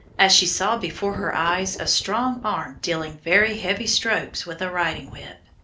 as she saw before her eyes a strong arm dealing very heavy strokes with a riding-whip.